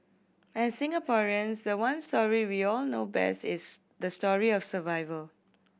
as Singaporeans the one story we all know best is the story of survival